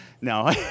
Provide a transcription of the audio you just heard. No